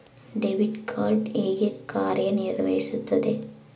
Debit card ಹೇಗೆ ಕಾರ್ಯನಿರ್ವಹಿಸುತ್ತದೆ?